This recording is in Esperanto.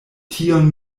tion